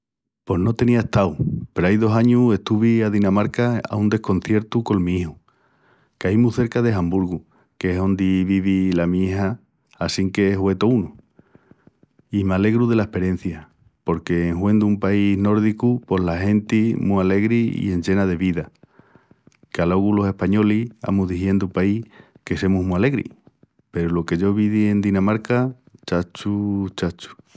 Pos no teniá estau peru ai dos añus estuvi a Dinamarca a un desconciertu col mi iju. Cai mu cerca de Hamburgu, que'es ondi vivi la mi ija assinque hue tó unu. I m'alegru dela esperencia porque en huendu un país nórdicu pos la genti mu alegri i enllena de vida. Qu'alogu los españolis amus dixendu paí que semus mu alegris peru lo que yo vidi en Dinamarca, chacho, chacho!